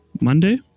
Monday